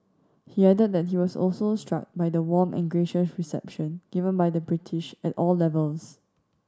he added that he was also struck by the warm and gracious reception given by the British at all levels